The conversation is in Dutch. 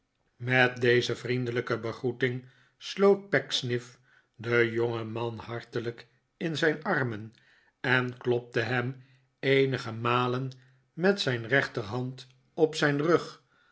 met deze vriendelijke begroeting sloot pecksniff den jongeman hartelijk in zijn arrnen en klopte hem eenige malen met zijn rechterhand op zijn rug